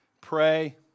pray